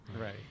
right